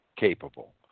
capable